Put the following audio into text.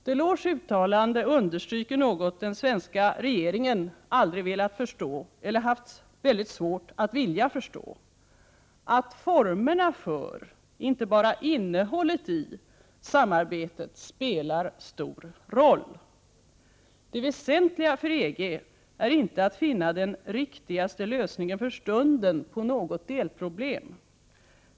Delors uttalande understryker något den svenska regeringen haft väldigt svårt att vilja förstå, att formerna för, inte bara innehållet i, samarbetet spelar stor roll. Det väsentliga för EG är inte att finna den riktigaste lösningen för stunden på något delproblem.